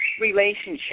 relationship